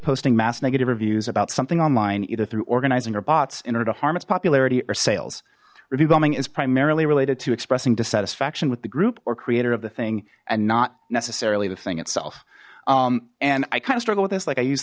posting mass negative reviews about something online either through organizing your bots in order to harm its popularity or sales review bombing is primarily related to expressing dissatisfaction with the group or creator of the thing and not necessarily the thing itself and i kind of struggle with this like i use